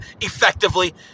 effectively